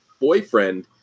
Boyfriend